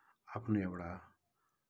आफ्नो एउटा